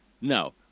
No